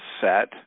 set